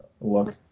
look